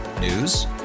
News